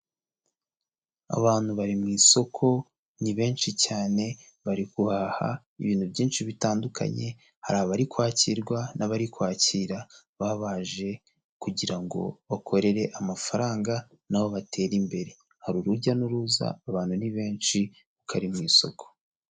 Abantu bari mu isoko ni benshi cyane bari guhaha ibintu byinshi bitandukanye hari abari kwakirwa n'abari kwakira baba baje kugira ngo bakorere amafaranga nabo batere imbere hari urujya n'uruza abantu ni benshi kuko ari mu isoko.